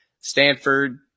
Stanford